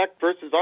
versus